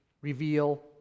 reveal